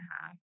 half